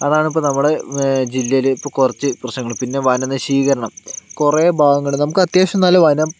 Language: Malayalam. അതാണ് ഇപ്പോൾ നമ്മുടെ ജില്ലയില് ഇപ്പോൾ കുറച്ച് പ്രശ്നങ്ങൾ പിന്നെ വനനശീകരണം കുറേ ഭാഗങ്ങൾ നമുക്ക് അത്യാവശ്യം നല്ല വനം